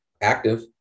active